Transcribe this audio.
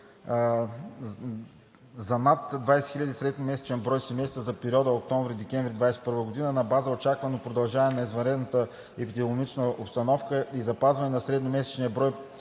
за над 20 000 средномесечен брой семейства за периода октомври-декември 2021 г., на база очаквано продължаване на извънредната епидемична обстановка и запазване на средномесечния брой